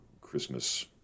Christmas